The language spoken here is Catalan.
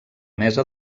mesa